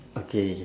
okay